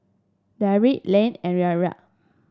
Derik Leigh and